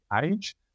age